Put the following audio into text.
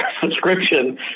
subscription